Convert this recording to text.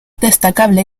destacable